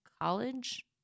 college